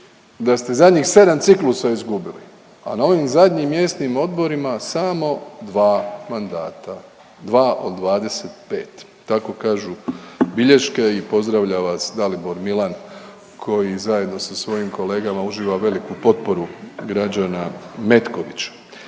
da ste zadnjih 7 ciklusa izgubili a na ovim zadnjim mjesnim odborima samo 2 mandata, 2 od 25. Tako kažu bilješke i pozdravlja vas Dalibor Milan koji zajedno sa svojim kolegama uživa veliku potporu građana Metkovića.